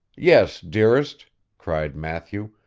yes, dearest cried matthew,